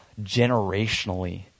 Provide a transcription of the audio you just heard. generationally